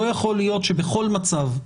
לא יכול להיות שבכל מצב,